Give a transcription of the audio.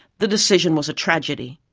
the decision was a tragedy,